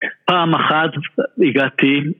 פעם אחת הגעתי